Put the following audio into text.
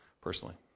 personally